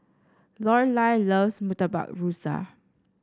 Lorelai loves Murtabak Rusa